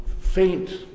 faint